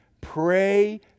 Pray